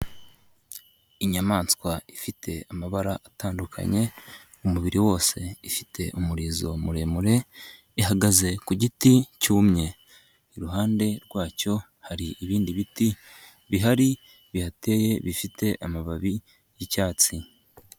Inyamaswa ifite amabara atandukanye, umubiri wose ifite umurizo muremure, ihagaze ku giti cyumye, iruhande rwacyo hari ibindi biti bihari, bihateye bifite amababi y'icyatsi.